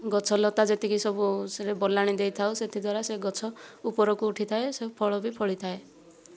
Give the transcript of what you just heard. ଗଛ ଲତା ଯେତିକି ସବୁ ସେ ବଲାଣି ଦେଇଥାଉ ସେଥି ଦ୍ଵାରା ସେ ଗଛ ଉପରକୁ ଉଠିଥାଏ ସେ ଫଳ ବି ଫଳିଥାଏ